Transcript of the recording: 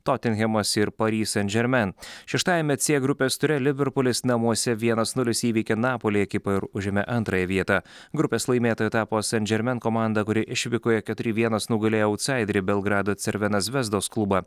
totinhemas ir pary sen žermen šeštajame cė grupės ture liverpulis namuose vienas nulis įveikė napoli ekipą ir užėmė antrąją vietą grupės laimėtoja tapo sen žermen komanda kuri išvykoje keturi vienas nugalėjo autsaiderį belgrado cervena zvezdos klubą